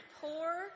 poor